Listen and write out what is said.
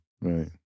right